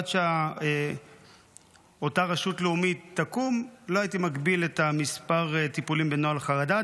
עד שאותה רשות לאומית תקום לא הייתי מגביל את מספר הטיפולים בנוהל חרדה.